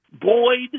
Boyd